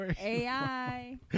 AI